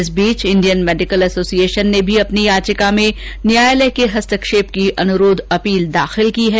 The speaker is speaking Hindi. इस बीच इंडियन मेडिकल ऐसोसिएशन ने भी अपनी याचिका में न्यायालय के हस्तक्षेप की अनुरोध अपील दाखिल की है